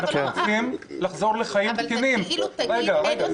אנחנו צריכים לחזור לחיים תקינים --- זה כאילו תגיד שאין יותר